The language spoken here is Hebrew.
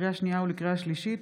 לקריאה שנייה וקריאה שלישית: